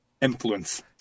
influence